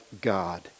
God